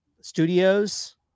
studios